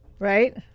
Right